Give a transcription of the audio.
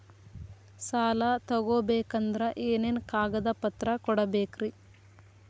ಸಾಲ ತೊಗೋಬೇಕಂದ್ರ ಏನೇನ್ ಕಾಗದಪತ್ರ ಕೊಡಬೇಕ್ರಿ?